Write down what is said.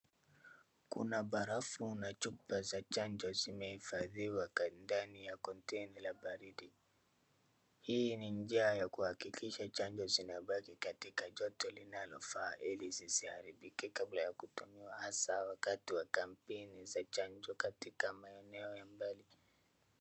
Kuna barafu na chupa za chanjo zimehifadhiwa ndani ya kontena la baribi. Hii ni njia ya kuhakikisha chanjo zinabaki katika joto linalofaa ili zisiharibike kabla ya kutumiwa hasaa wakati wa kampeni za chanjo katika maeneo ya mbali.